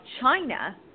China